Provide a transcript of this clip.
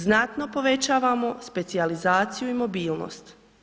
Znatno povećavamo specijalizaciju i mobilnost.